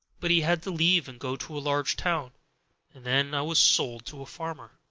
but he had to leave and go to a large town, and then i was sold to a farmer.